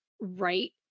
right